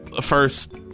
First